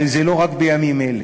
אבל זה לא רק בימים אלה.